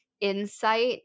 insight